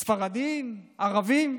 ספרדים, ערבים.